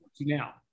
now